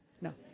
No